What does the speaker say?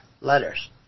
letters